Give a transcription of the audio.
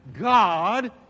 God